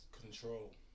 Control